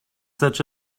such